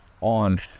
on